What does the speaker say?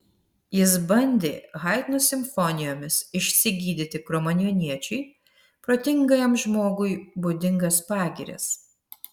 jis bandė haidno simfonijomis išsigydyti kromanjoniečiui protingajam žmogui būdingas pagirias